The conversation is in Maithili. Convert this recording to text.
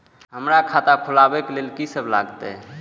हमरा खाता खुलाबक लेल की सब लागतै?